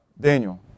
Daniel